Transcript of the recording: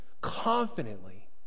confidently